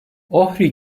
ohri